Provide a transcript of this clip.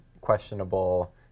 questionable